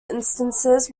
instances